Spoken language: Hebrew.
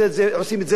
כאשר אנחנו יודעים,